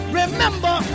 remember